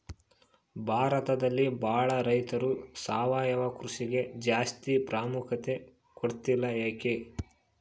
ಭಾರತದಲ್ಲಿ ಬಹಳ ರೈತರು ಸಾವಯವ ಕೃಷಿಗೆ ಜಾಸ್ತಿ ಪ್ರಾಮುಖ್ಯತೆ ಕೊಡ್ತಿಲ್ಲ ಯಾಕೆ?